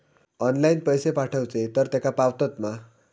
Online पैसे पाठवचे तर तेका पावतत मा?